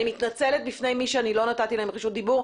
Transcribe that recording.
אני מתנצלת בפני מי שאני לא נתתי להם רשות דיבור,